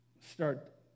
Start